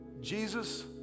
Jesus